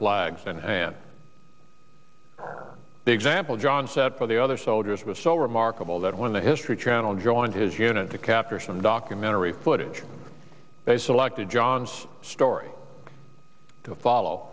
flags and the example john set for the other soldiers was so remarkable that when the history channel joined his unit to capture some documentary footage they selected john's story to foll